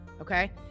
Okay